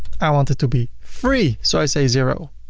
i want it to be free. so i say zero